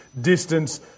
distance